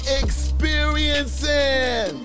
experiencing